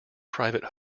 private